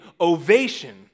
ovation